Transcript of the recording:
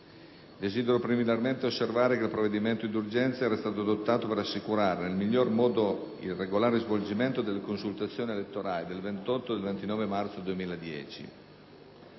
Desidero, preliminarmente, osservare che il provvedimento di urgenza era stato adottato per assicurare nel miglior modo il regolare svolgimento delle consultazioni elettorali del 28 e 29 marzo 2010.